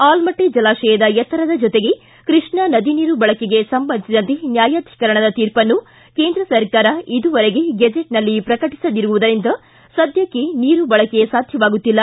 ಆಲಮಟ್ಟಿ ಜಲಾಶಯದ ಎತ್ತರದ ಜೊತೆಗೆ ಕೃಷ್ಣಾ ನದಿ ನೀರು ಬಳಕೆಗೆ ಸಂಬಂಧಿಸಿದಂತೆ ನ್ಯಾಯಾಧೀಕರಣದ ತೀರ್ಪನ್ನು ಕೇಂದ್ರ ಸರ್ಕಾರ ಇದುವರೆಗೆ ಗೆಜೆಟ್ನಲ್ಲಿ ಪ್ರಕಟಿಸದಿರುವುದರಿಂದ ಸದ್ದಕ್ಷೆ ನೀರು ಬಳಕೆ ಸಾಧ್ಯವಾಗುತ್ತಿಲ್ಲ